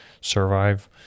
survive